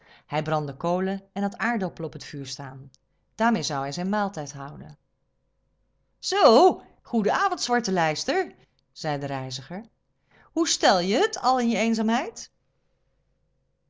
hij brandde kolen en had aardappelen op het vuur staan daarmeè zou hij zijn maaltijd houden zoo goeden avond zwarte lijster zei de reiziger hoe stel je het al in je eenzaamheid